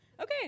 Okay